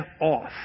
off